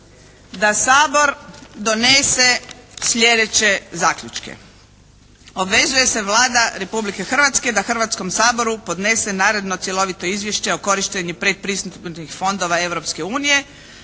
da Sabor donese sljedeće zaključke. Obvezuje se Vlada Republike Hrvatske da Hrvatskom saboru podnese naredno cjelovito izvješće o korištenju predpristupnih fondova